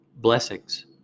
blessings